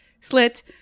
slit